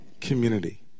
community